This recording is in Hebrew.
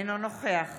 אינו נוכח